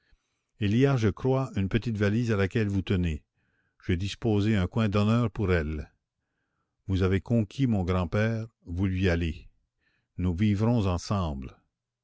il y a je crois une petite valise à laquelle vous tenez j'ai disposé un coin d'honneur pour elle vous avez conquis mon grand-père vous lui allez nous vivrons ensemble